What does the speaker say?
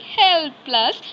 helpless